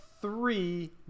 three